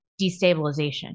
destabilization